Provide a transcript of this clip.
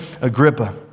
Agrippa